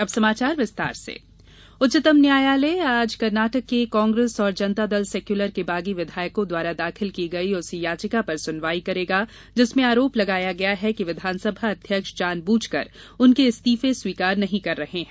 अब समाचार विस्तार से कुर्नाटक संकट उच्चतम न्यायालय आज कर्नाटक के कांग्रेस और जनता दल सेकुलर के बागी विधायकों द्वारा दाखिल की गई उस याचिका पर सुनवाई करेगा जिसमें आरोप लगाया गया है कि विधानसभा अध्यक्ष जान बूझकर उनके इस्तीफे स्वीकार नहीं कर रहे हैं